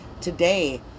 today